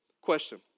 Question